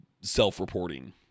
self-reporting